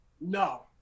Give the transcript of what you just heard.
No